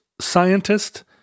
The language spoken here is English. scientist